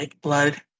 blood